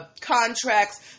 contracts